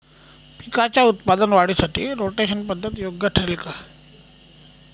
पिकाच्या उत्पादन वाढीसाठी रोटेशन पद्धत योग्य ठरेल का?